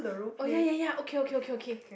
oh ya ya ya okay okay okay okay